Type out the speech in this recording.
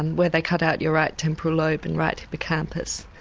and where they cut out your right temporal lobe and right hippocampus.